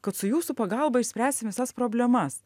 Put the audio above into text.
kad su jūsų pagalba išspręsim visas problemas